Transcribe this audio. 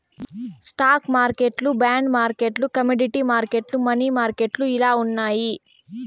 stock మార్కెట్లు bond మార్కెట్లు commodity మార్కెట్లు, మనీ మార్కెట్లు ఇలా ఉన్నాయి